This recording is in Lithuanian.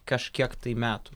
kažkiek metų